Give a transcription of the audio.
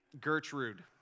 Gertrude